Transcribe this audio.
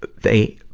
they,